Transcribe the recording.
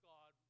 God